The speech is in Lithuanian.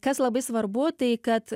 kas labai svarbu tai kad